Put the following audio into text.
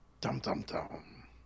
Dum-dum-dum